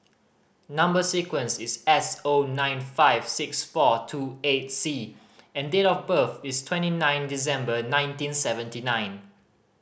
number sequence is S O nine five six four two eight C and date of birth is twenty nine December nineteen seventy nine